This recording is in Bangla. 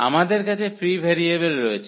আমাদের কাছে ফ্রি ভেরিয়েবল রয়েছে